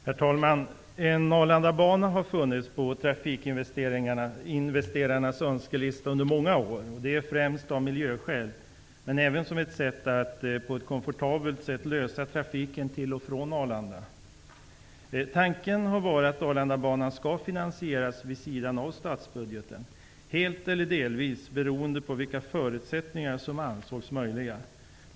Herr talman! En Arlandabana har funnits på trafikinvesterarnas önskelista under många år, främst av miljöskäl, men även för att den på ett komfortabelt sätt skulle klara trafiken till och från Tanken har varit att Arlandabanan skall finansieras vid sidan av statsbudgeten, helt eller delvis, beroende på vilka förutsättningar som anses möjliga.